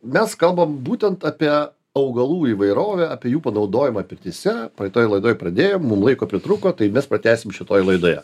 mes kalbam būtent apie augalų įvairovę apie jų panaudojimą pirtyse praeitoj laidoj pradėjom mum laiko pritrūko tai mes pratęsim šitoj laidoje